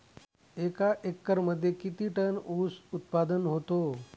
एका एकरमध्ये किती टन ऊस उत्पादन होतो?